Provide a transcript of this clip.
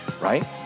Right